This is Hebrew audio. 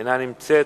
אינה נמצאת.